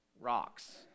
rocks